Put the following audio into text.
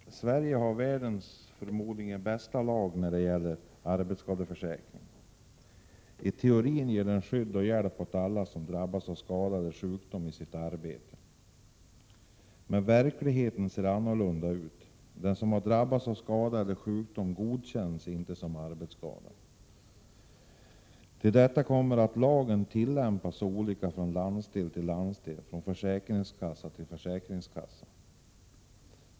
Herr talman! Sverige har världens förmodligen bästa lag när det gäller arbetsskadeförsäkring. I teorin ger den skydd och hjälp åt alla som drabbas av skada eller sjukdom i sitt arbete. Men verkligheten ser annorlunda ut. Den som har drabbats av skada eller sjukdom får inte sin skada godkänd som arbetsskada. Till detta kommer att lagen tillämpas på så olika sätt från landsdel till landsdel, från försäkringskassa till försäkringskassa.